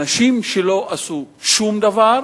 אנשים שלא עשו שום דבר,